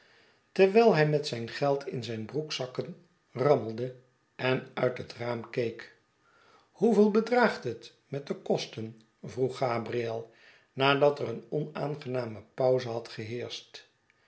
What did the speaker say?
terwijl hij met zijn geld in zijn broekzakken rammelde en uit het raam keek hoeveel bedraagt het met de kosten vroeg gabriel nadat er een onaangename pauze had